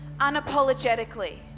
unapologetically